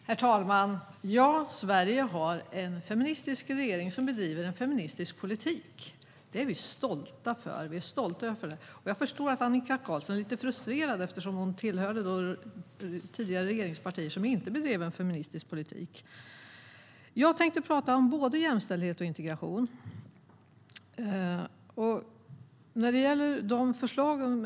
Herr talman! Ja, Sverige har en feministisk regering som bedriver en feministisk politik. Det är vi stolta över. Jag förstår att Annika Qarlsson är lite frustrerad, eftersom hon tillhör ett tidigare regeringsparti som inte bedrev en feministisk politik. Jag tänkte prata om både jämställdhet och integration.